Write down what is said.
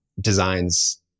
designs